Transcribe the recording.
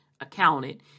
accounted